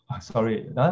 sorry